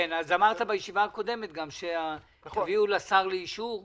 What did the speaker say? אמרת גם בישיבה הקודמת שתביאו לשר לאישור.